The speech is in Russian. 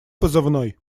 позывной